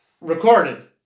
recorded